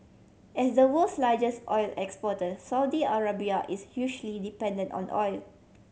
as the world's largest oil exporter Saudi Arabia is hugely dependent on the oil